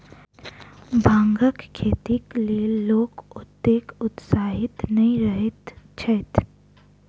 भांगक खेतीक लेल लोक ओतेक उत्साहित नै रहैत छैथ